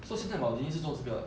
so 现在 maldini 是做这个